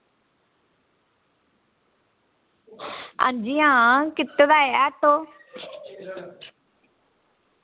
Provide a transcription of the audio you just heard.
अंजी आं कीते दा ऐ ऑटो